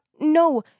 No